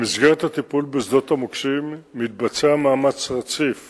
במסגרת הטיפול בשדות המוקשים מתבצע מאמץ רציף